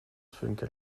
funkar